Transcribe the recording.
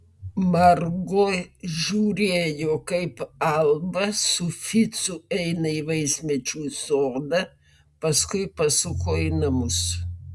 margo žiūrėjo kaip alba su ficu eina į vaismedžių sodą paskui pasuko į namus